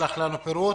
תשלח לנו פירוט.